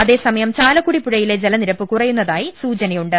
അതേസ മയം ചാലക്കുടിപുഴയിലെ ജലനിരപ്പ് കുറയുന്നതിയി സൂചനയു ണ്ട്